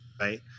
right